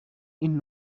این